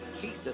Jesus